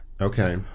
Okay